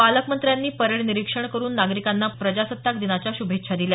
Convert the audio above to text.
पालकमंत्र्यांनी परेड निरीक्षण करून नागरिकांना प्रजासत्ताक दिनाच्या श्रभेच्छा दिल्या